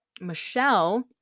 Michelle